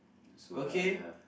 so uh ya